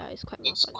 yeah is quite is quite